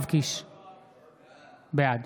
בעד